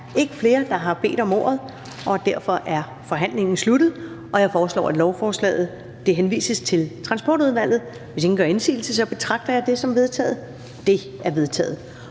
ikke flere, der har bedt om ordet, og derfor er forhandlingen sluttet. Jeg foreslår, at lovforslaget henvises til Transportudvalget. Hvis ingen gør indsigelse, betragter jeg det som vedtaget. Det er vedtaget.